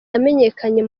yamenyekanye